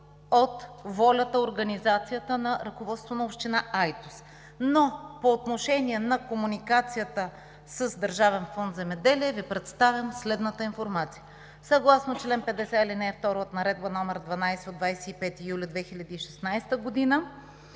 от волята и организацията на ръководството на община Айтос. Но, по отношение на комуникацията с Държавен фонд „Земеделие“, Ви представям следната информация: съгласно чл. 50, ал. 2 от Наредба, № 12 от 25 юли 2016 г.,